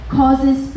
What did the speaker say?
causes